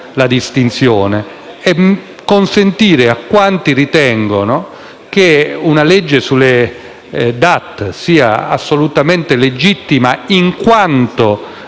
la distinzione e consentire a quanti ritengono che una legge sulle DAT sia assolutamente legittima, in quanto